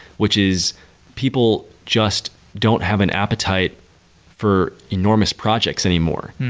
which is people just don't have an appetite for enormous projects anymore.